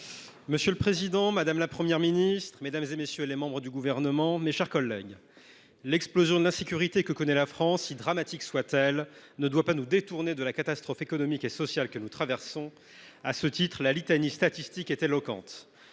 Monsieur le président, madame la Première ministre, mesdames, messieurs les ministres, mes chers collègues, l’explosion de l’insécurité que connaît la France, si dramatique soit elle, ne doit pas nous détourner de la catastrophe économique et sociale que nous traversons. À cet égard, la litanie statistique est éloquente.